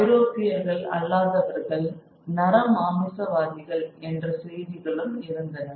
ஐரோப்பியர்கள் அல்லாதவர்கள் நரமாமிச வாதிகள் என்ற செய்திகளும் இருந்தன